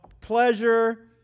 pleasure